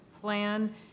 Plan